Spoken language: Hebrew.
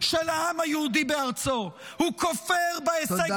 של העם היהודי בארצו, הוא כופר בהישג -- תודה.